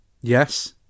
Yes